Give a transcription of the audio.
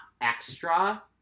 extra